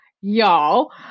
y'all